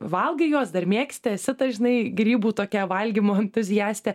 valgai juos dar mėgsti esi ta žinai grybų tokia valgymo entuziastė